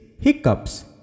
hiccups